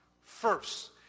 first